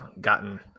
gotten